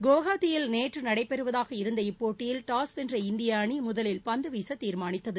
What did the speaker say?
குவஹாத்தியில் நேற்று நடைபெறுவதாக இருந்த இப்போட்டியில் டாஸ் வென்ற இந்திய அணி முதலில் பந்து வீச திர்மானித்தது